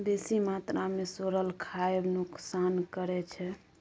बेसी मात्रा मे सोरल खाएब नोकसान करै छै